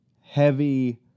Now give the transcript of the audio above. heavy